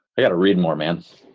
i've got to read more, man.